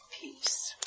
peace